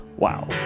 Wow